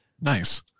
Nice